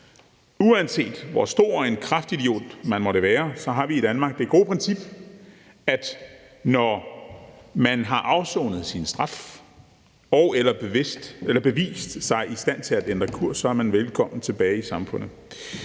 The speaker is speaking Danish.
Uanset hvor stor en kraftidiot man måtte være, har vi i Danmark det gode princip, at når man har afsonet sin straf og/eller bevist, at man er i stand til at ændre kurs, er man velkommen tilbage i samfundet.